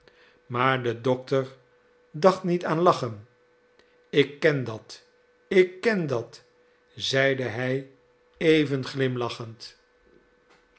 maar de dokter dacht niet aan lachen ik ken dat ik ken dat zeide hij even glimlachend